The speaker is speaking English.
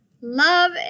Love